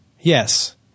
Yes